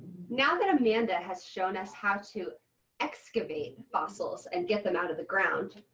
now that amanda has shown us how to excavate fossils and get them out of the ground,